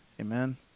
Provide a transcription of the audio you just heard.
Amen